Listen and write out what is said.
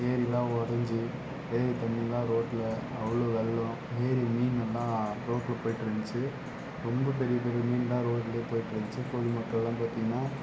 ஏரிலாம் உடஞ்சு ஏரித் தண்ணீலாம் ரோட்டில் அவ்வளோ வெள்ளோம் ஏரி மீனெல்லாம் ரோட்டில் போயிட்டு இருந்துச்சு ரொம்ப பெரிய பெரிய மீன்லாம் ரோட்டில் போயிட்டுருந்துச்சு பொதுமக்களெல்லாம் பார்த்தீங்ன்னா